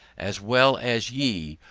as well as ye,